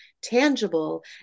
tangible